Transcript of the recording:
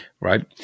right